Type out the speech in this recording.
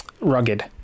rugged